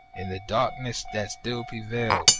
in the darkness that still prevailed,